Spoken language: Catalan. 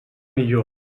millor